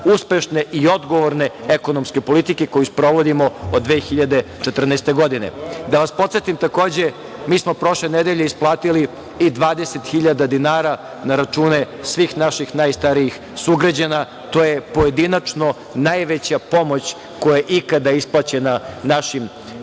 uspešne i odgovorne ekonomske politike koju sprovodimo od 2014. godine. Da vas podsetim takođe, mi smo prošle nedelje isplatili i 20.000 dinara na račune svih naših najstarijih sugrađana. To je pojedinačno najveća pomoć koja je ikada isplaćena našim